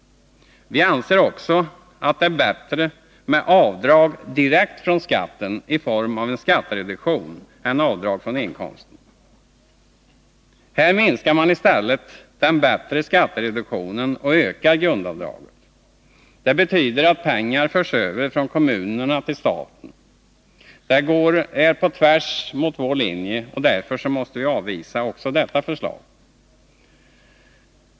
Vi anser också att det är bättre med avdrag direkt från skatten, i form av en skattereduktion, än avdrag från inkomsten. Här minskar man i stället den bättre skattereduktionen och ökar grundavdraget. Det betyder att pengar förs över från kommunerna till staten. Det är tvärtemot vår linje, och därför måste vi avvisa också detta förslag.